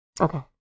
Okay